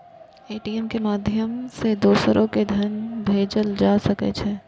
ATM के माध्यम सं दोसरो कें धन भेजल जा सकै छै